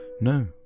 no